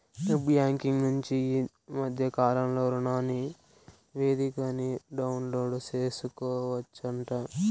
net banking నుంచి ఈ మద్దె కాలంలో రుణనివేదికని డౌన్లోడు సేసుకోవచ్చంట